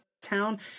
Town